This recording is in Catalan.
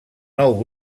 nou